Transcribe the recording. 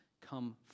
come